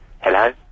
Hello